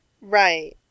Right